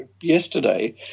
yesterday